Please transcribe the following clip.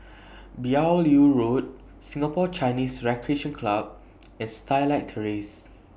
Beaulieu Road Singapore Chinese Recreation Club and Starlight Terrace